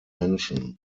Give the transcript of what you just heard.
menschen